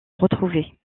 retrouvés